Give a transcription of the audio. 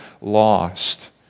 lost